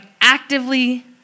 actively